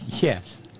Yes